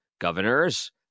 governors